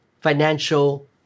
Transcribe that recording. financial